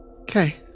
okay